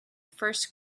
first